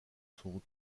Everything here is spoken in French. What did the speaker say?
sont